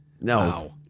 No